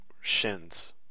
shins